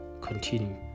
continue